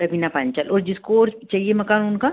रवीना पांचाल ओर जिसको चाहिए मकान उनका